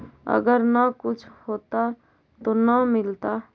अगर न कुछ होता तो न मिलता?